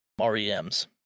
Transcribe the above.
REMs